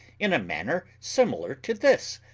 in a manner similar to this?